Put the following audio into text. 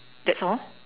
that's all